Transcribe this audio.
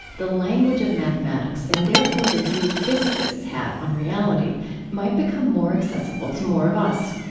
the language of mathematics and therefore the view physicists have on reality might become more accessible to more of us.